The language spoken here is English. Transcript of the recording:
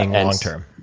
and long term.